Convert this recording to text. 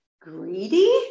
greedy